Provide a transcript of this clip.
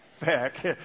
back